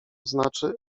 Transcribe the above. znaczy